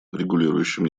регулирующим